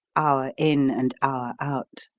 hour in and hour out.